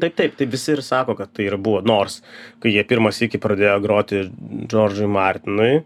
taip taip tai visi ir sako kad tai ir buvo nors kai jie pirmą sykį pradėjo groti džordžui martinui